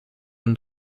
und